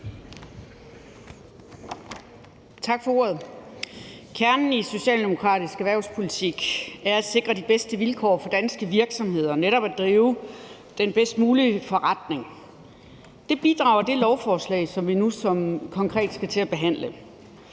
Tak for ordet. Kernen i socialdemokratisk erhvervspolitik er at sikre de bedste vilkår for danske virksomheder for netop at kunne drive den bedst mulige forretning. Det bidrager det lovforslag, som vi nu konkret skal til at behandle,